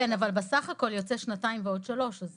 כן אבל בסך הכל יוצא שנתיים ועוד שלוש שנים, אז